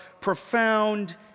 profound